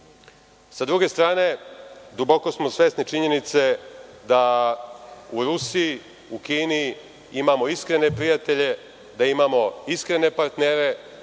druge strane, duboko smo svesni činjenice da u Rusiji, u Kini imamo iskrene prijatelje, partnere